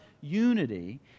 unity